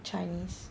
chinese